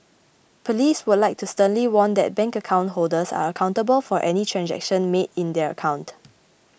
police would like to sternly warn that bank account holders are accountable for any transaction made in their account